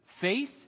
faith